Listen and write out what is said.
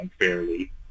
unfairly